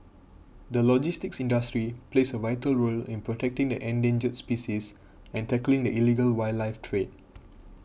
the logistics industry plays a vital role in protecting the endangered species and tackling the illegal wildlife trade